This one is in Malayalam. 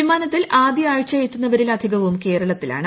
വിമാനത്തിൽ ആദ്യ ആഴ്ച എത്തുന്നവരിൽ അധികവും കേരളത്തിലാണ്